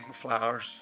flowers